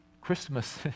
Christmas